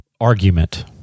argument